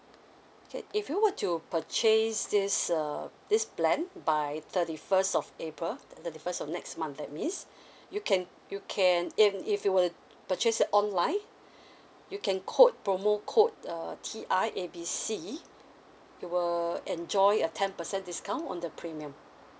okay if you were to purchase this um this plan by thirty first of april thirty first of next month that means you can you can and if you were purchase online you can quote promo code uh T I A B C you will enjoy a ten percent discount on the premium